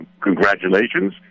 Congratulations